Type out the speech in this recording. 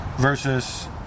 versus